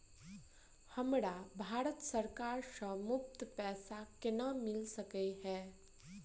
हमरा भारत सरकार सँ मुफ्त पैसा केना मिल सकै है?